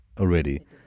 already